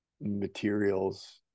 materials